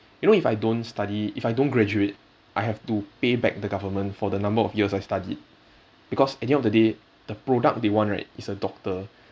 you know if I don't study if I don't graduate I have to pay back the government for the number of years I studied because at the end of the day the product they want right is a doctor